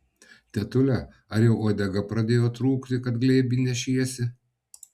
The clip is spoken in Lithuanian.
tetule ar jau uodega pradėjo trūkti kad glėby nešiesi